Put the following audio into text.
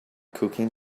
cooking